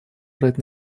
брать